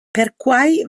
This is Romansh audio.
perquai